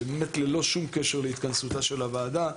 ובאמת ללא שום קשר להתכנסותה של הוועדה.